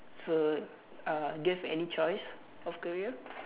so uh do you have any choice of career